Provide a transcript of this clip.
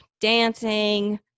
dancing